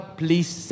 please